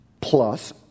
plus